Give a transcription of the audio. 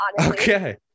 Okay